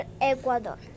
Ecuador